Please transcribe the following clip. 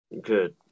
Good